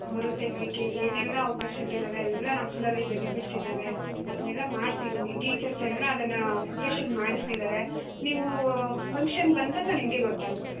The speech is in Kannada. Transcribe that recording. ಹೊರಗೆ ತೆಗಿಲಿಕ್ಕೆ ಏನೆಲ್ಲ ಅವಕಾಶಗಳಿವೆ ಎಲ್ಲ ನಮ್ಮ ಸ್ಕೂಲಲ್ಲಿ ಬೆನಿಫಿಟ್ಸ್ ಇದ್ದಾವೆ ಅದನ್ನೆಲ್ಲ ಮಾಡಿಸಿದೀವಿ ಟೀಚರ್ಸ್ ಎಲ್ಲ ಅದನ್ನು ಪ್ರಿಪರೇಷನ್ಸ್ ಮಾಡ್ಸತಿದಾರೆ ನೀವು ಫಂಕ್ಷನ್ ಬಂದಾಗ ನಿಮಗೆ ಗೊತ್ತಾಗತ್ತೆ